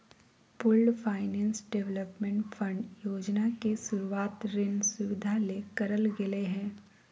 pooled finance development fund योजना के शुरूवात ऋण सुविधा ले करल गेलय हें